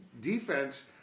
defense